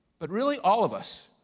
but really, all of us,